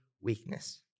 weakness